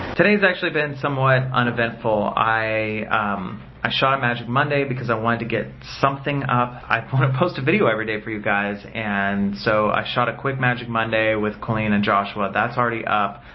today's actually been somewhat uneventful. i i shot a magic monday, because i wanted to get something up. i want to post a video every day for you guys, and so i shot a quick magic monday with colleen and joshua. that's already up.